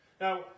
Now